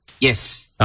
Yes